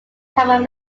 common